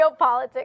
geopolitics